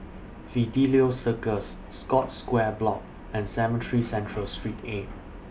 Fidelio Circus Scotts Square Block and Cemetry Central Street eight